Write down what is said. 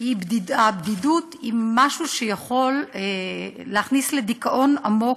היא משהו שיכול להכניס לדיכאון עמוק,